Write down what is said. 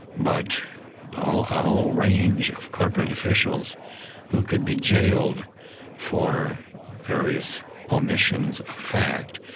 but a whole ah whole range of corporate officials who could be jailed for various omissions of fact.